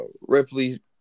Ripley